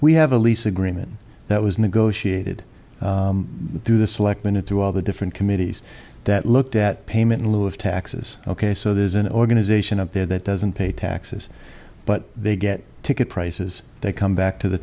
we have a lease agreement that was negotiated through the selectmen it to all the different committees that looked at payment in lieu of taxes ok so there's an organization up there that doesn't pay taxes but they get ticket prices they come back to the